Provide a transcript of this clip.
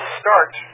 start